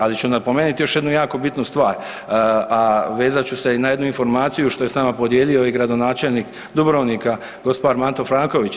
Ali ću napomenut još jednu jako bitnu stvar, a vezat ću se i na jednu informaciju što je s nama podijelio i gradonačelnik Dubrovnika gospar Mato Franković.